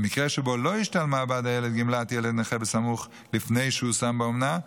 במקרה שבו לא השתלמה בעד הילד גמלת ילד נכה סמוך לפני שהושם באומנה,